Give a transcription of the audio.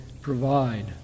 provide